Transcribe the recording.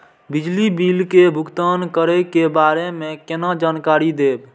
बिजली बिल के भुगतान करै के बारे में केना जानकारी देब?